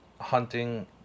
hunting